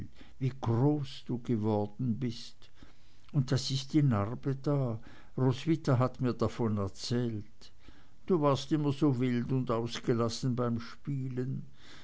wie groß du geworden bist und das ist die narbe da roswitha hat mir davon erzählt du warst immer so wild und ausgelassen beim spielen